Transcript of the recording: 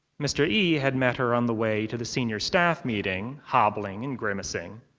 mr. yi had met her on the way to the senior staff meeting, hobbling and grimacing.